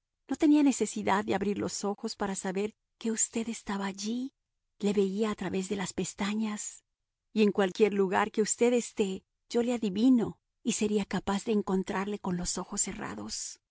no tenía necesidad de abrir los ojos para saber que usted estaba allí le veía a través de las pestañas y en cualquier lugar que usted esté yo le adivino y sería capaz de encontrarle con los ojos cerrados